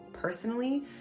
personally